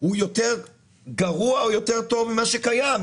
הוא יותר גרוע או יותר טוב ממה שקיים,